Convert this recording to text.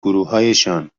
گروهایشان